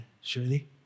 surely